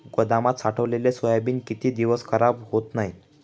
गोदामात साठवलेले सोयाबीन किती दिवस खराब होत नाही?